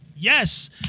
Yes